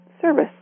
service